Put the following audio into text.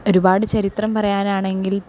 ഒരുപാട് ചരിത്രം പറയാനാണെങ്കിൽ